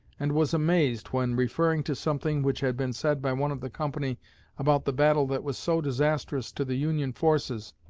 and was amazed when, referring to something which had been said by one of the company about the battle that was so disastrous to the union forces,